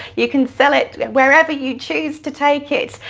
you can sell it wherever you choose to take it,